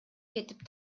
кетип